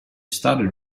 started